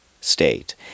state